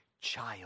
child